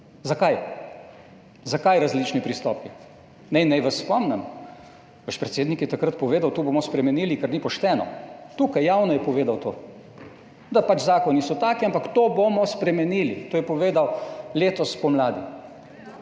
Zakaj? Zakaj različni pristopi? Naj vas spomnim, vaš predsednik je takrat povedal, to bomo spremenili, ker ni pošteno, tukaj, javno je povedal to, da so pač zakoni taki, ampak to bomo spremenili, to je povedal letos spomladi.